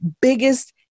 biggest